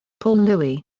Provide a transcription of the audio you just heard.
paul lewi.